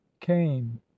came